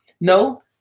No